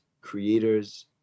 creators